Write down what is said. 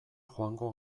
joango